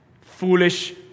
foolish